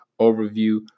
overview